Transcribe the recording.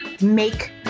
make